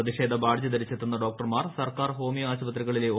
പ്രതിഷേധ ബാഡ്ജ് ധരിച്ചെത്തുന്ന ഡോക്ടർമാർ സർക്കാർ ഹോമിയോ ആശുപത്രികളിലെ ഒ